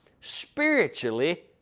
spiritually